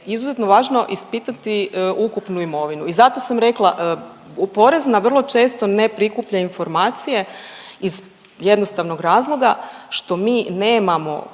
izuzetno važno ispitati ukupnu imovinu i zato sam rekla. Porezna vrlo često ne prikuplja informacije iz jednostavnog razloga što mi nemamo